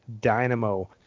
Dynamo